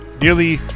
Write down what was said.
nearly